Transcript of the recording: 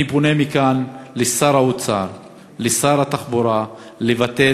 אני פונה מכאן לשר האוצר ולשר התחבורה לבטל